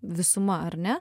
visuma ar ne